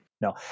No